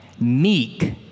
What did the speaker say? meek